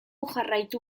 jarraitu